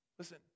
Listen